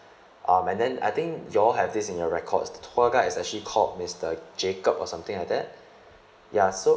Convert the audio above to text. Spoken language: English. um and then I think you all have this in your records the tour guide is actually called mister jacob or something like that ya so